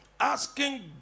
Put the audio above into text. asking